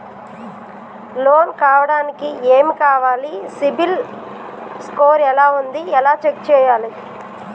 Loan కావడానికి ఏమి కావాలి సిబిల్ స్కోర్ ఎలా ఉంది ఎలా చెక్ చేయాలి?